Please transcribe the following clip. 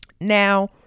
Now